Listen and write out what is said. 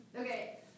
okay